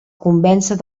convèncer